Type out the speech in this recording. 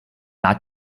not